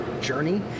journey